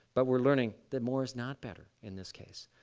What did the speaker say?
but we're learning that more is not better in this case.